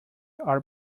are